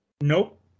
Nope